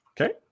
Okay